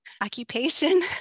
occupation